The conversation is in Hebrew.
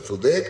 אתה צודק,